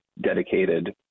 dedicated